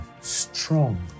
strong